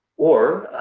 or